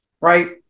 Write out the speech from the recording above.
right